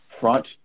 front